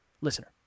Listener